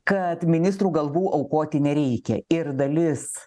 kad ministrų galvų aukoti nereikia ir dalis